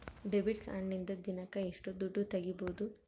Debit ಕಾರ್ಡಿನಿಂದ ದಿನಕ್ಕ ಎಷ್ಟು ದುಡ್ಡು ತಗಿಬಹುದು?